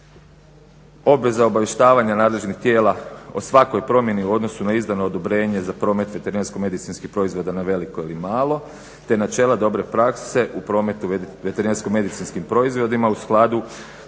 obveza obavještavanja nadležnog tijela o svakoj promjeni u odnosu na izdano odobrenje za promet veterinarsko-medicinskih proizvoda na veliko ili malo, te načela dobre prakse u prometu veterinarsko-medicinskim proizvodima u skladu